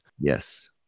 Yes